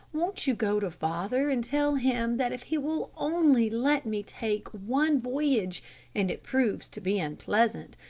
won't you go to father and tell him that if he will only let me take one voyage and it proves to be unpleasant,